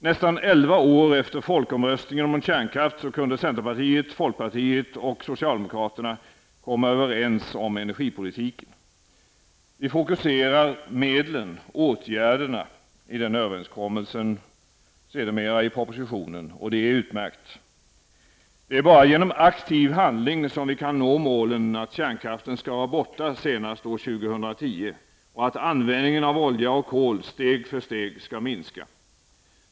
Nästan elva år efter folkomröstningen om kärnkraft kunde centerpartiet, folkpartiet och socialdemokraterna komma överens om energipolitiken. Vi fokuserar medlen, åtgärderna, i den överenskommelsen -- sedermera i propositionen -- och det är utmärkt. Det är bara genom aktiv handling som vi kan nå målen att kärnkraften skall vara borta senast år 2010 och att användningen av olja och kol steg för steg skall minska.